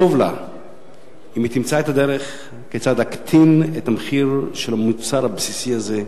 טוב לה אם היא תמצא את הדרך להקטין את המחיר של המוצר הבסיסי הזה.